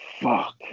Fuck